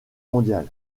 mondiale